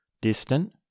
distant